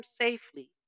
safely